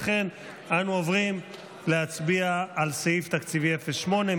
לכן אנו עוברים להצביע על סעיף תקציבי 08,